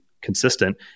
consistent